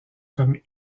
comme